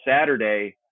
saturday